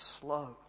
slow